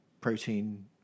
protein